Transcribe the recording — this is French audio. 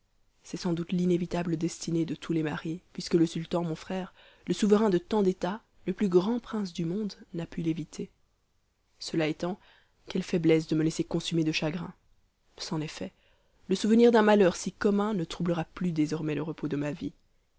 c'est sans doute l'inévitable destinée de tous les maris puisque le sultan mon frère le souverain de tant d'états le plus grand prince du monde n'a pu l'éviter cela étant quelle faiblesse de me laisser consumer de chagrin c'en est fait le souvenir d'un malheur si commun ne troublera plus désormais le repos de ma vie